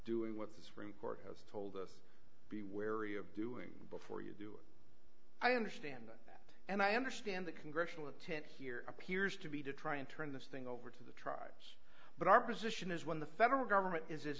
doing what the supreme court has told us be wary of doing before you do it i understand that and i understand the congressional intent here appears to be to try and turn this thing over to the tribes but our position is when the federal government is